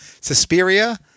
Suspiria